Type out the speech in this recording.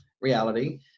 reality